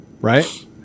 right